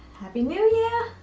happy new year!